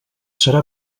serà